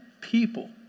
people